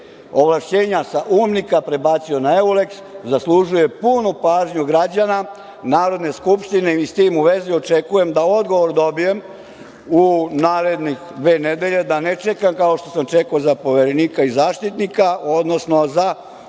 ovlašćenja sa UNMIK-a prebacio na Euleks zaslužuje punu pažnju građana, Narodne skupštine i s tim u vezi očekujem da odgovor dobijem u naredne dve nedelje i da ne čekam, kao što sam čekao za Poverenika i Zaštitnika, odnosno za zaštićenika